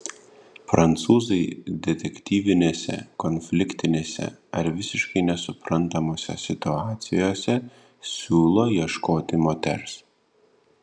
prancūzai detektyvinėse konfliktinėse ar visiškai nesuprantamose situacijose siūlo ieškoti moters